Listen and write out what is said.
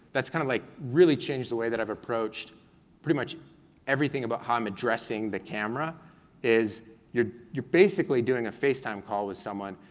that's kind of like really changed the way that i've approached pretty much everything about how i'm addressing the camera, it is you're you're basically doing a facetime call with someone,